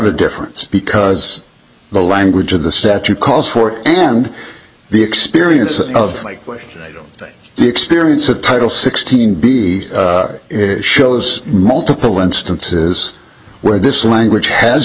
a difference because the language of the set you calls for and the experience of the experience of title sixteen be it shows multiple instances where this language has